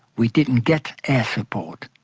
we didn't get air support.